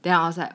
then I was like